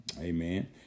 amen